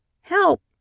Help